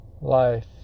life